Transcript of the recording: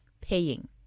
paying